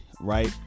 right